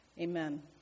Amen